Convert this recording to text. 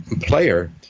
player